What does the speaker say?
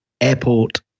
Airport